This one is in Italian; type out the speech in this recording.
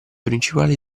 principali